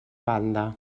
banda